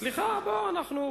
ירדתם מ-30 ל-12.